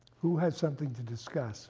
who had something to discuss